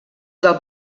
del